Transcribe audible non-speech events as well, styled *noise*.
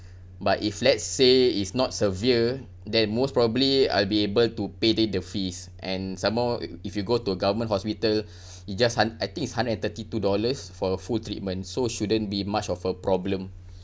but if let's say it's not severe then most probably I'll be able to pay day the fees and some more if you go to a government hospital *breath* it just hun~ I think it's hundred and thirty two dollars for a full treatment so shouldn't be much of a problem